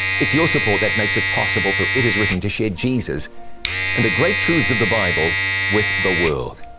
it's your support that makes it possible for it is written to share jesus and the great truths of the bible with the world.